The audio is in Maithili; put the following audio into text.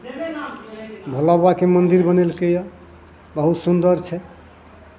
भोलाबाबाके मन्दिर बनेलकैए बहुत सुन्दर छै